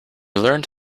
learned